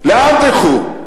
לאן תלכו?